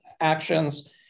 actions